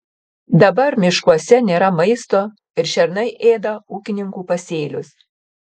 dabar miškuose nėra maisto ir šernai ėda ūkininkų pasėlius